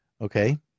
Okay